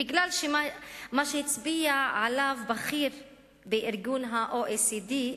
בגלל מה שאמר בכיר ב-OECD,